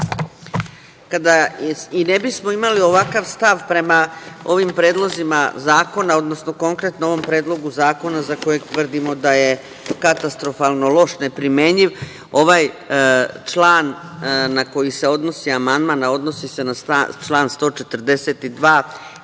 ne bismo imali ovakav stav prema ovim predlozima zakona, odnosno ovom predlogu zakona za kojeg tvrdimo da je katastrofalno loš, neprimenjiv, ovaj član na koji se odnosi amandman, a odnosi se na član 142.